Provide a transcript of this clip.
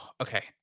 Okay